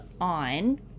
on